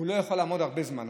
הוא לא יכול לעמוד עוד הרבה זמן.